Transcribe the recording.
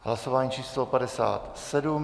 Hlasování číslo 57.